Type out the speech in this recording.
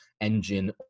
engine